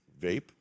Vape